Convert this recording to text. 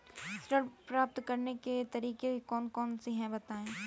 ऋण प्राप्त करने के तरीके कौन कौन से हैं बताएँ?